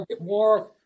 more